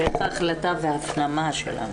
החלטה והפנמה של הנושא.